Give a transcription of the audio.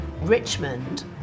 Richmond